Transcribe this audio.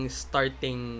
starting